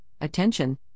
Attention